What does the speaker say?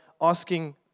asking